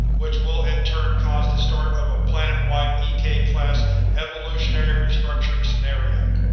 which will in turn cause the start of a planet-wide ek-class evolutionary restructuring scenario.